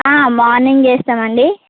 morning చేస్తామండి